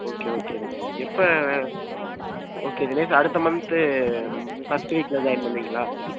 okay okay Dinesh எப்போ okay Dinesh அடுத்த month first வீக்கில் ஜாயின் பண்ணுவீங்களா